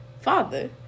father